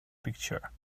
picture